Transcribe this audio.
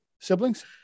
siblings